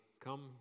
come